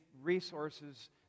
resources